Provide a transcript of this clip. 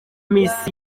miss